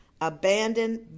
abandoned